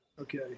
Okay